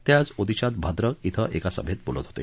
ते आज ओदिशात भाद्रक क्वें एका सभेत बोलत होते